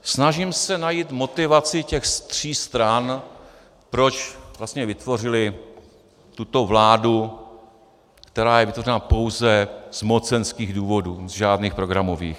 Snažím se najít motivaci těch tří stran, proč vlastně vytvořily tuto vládu, která je vytvořena pouze z mocenských důvodů, z žádných programových.